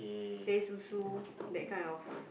teh Susu that kind of